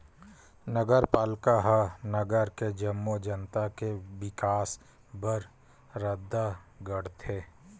नगरपालिका ह नगर के जम्मो जनता के बिकास बर रद्दा गढ़थे